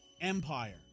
Empire